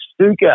Stuka